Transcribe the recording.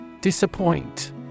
Disappoint